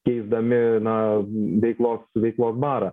keisdami na veiklos veiklos barą